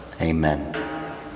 Amen